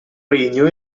regno